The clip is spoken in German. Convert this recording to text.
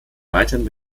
weiterhin